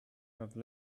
have